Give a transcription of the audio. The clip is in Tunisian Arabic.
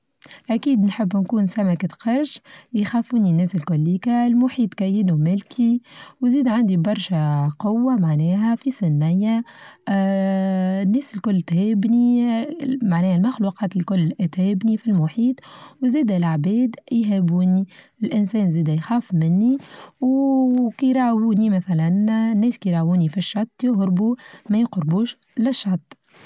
أكيد نحب نكون سمكة قرش يخافوني الناس الكليكا المحيط كاين ومالكي وزيد عندي برشا قوة معناها في سنايا آآ الناس الكل تهابني معناها المخلوقات الكل تهابنى في المحيط وزاد العباد يهابوني الانسان زادا يخاف مني وكيرعوني مثلا الناس كيراعوني في الشط يهربوا مايقربوش للشط.